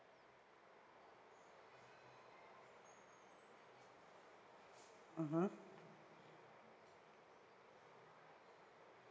mmhmm